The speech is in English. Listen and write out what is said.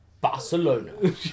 Barcelona